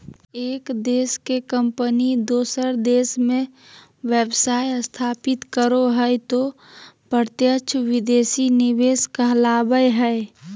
एक देश के कम्पनी दोसर देश मे व्यवसाय स्थापित करो हय तौ प्रत्यक्ष विदेशी निवेश कहलावय हय